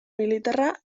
militarra